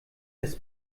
des